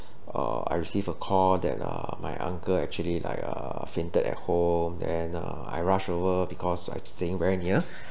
uh I receive a call that uh my uncle actually like uh fainted at home then uh I rush over because I staying very near